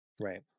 Right